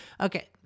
Okay